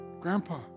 grandpa